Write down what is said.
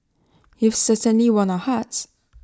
you've certainly won our hearts